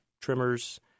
trimmers